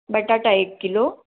बटाटा एक किलो